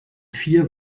vier